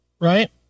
Right